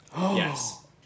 Yes